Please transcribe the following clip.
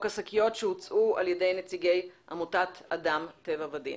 השקיות שהוצעו על ידי נציגי עמותת אדם טבע ודין.